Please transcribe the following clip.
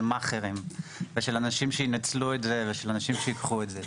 מאכרים ושל אנשים שינצלו את זה ושל אנשים שייקחו את זה.